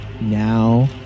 now